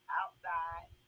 outside